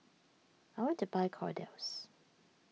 I want to buy Kordel's